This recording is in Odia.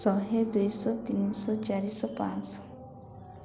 ଶହେ ଦୁଇଶହ ତିନିଶହ ଚାରିଶହ ପାଞ୍ଚଶହ